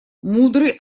мудрый